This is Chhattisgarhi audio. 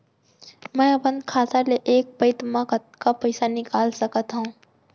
मैं अपन खाता ले एक पइत मा कतका पइसा निकाल सकत हव?